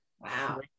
Wow